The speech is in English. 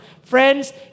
Friends